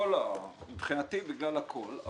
מבחינתי בגלל הכול.